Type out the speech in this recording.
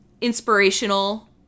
inspirational